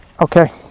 okay